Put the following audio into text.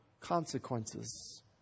consequences